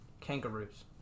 Kangaroos